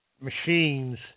machines